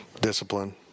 Discipline